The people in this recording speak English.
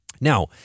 Now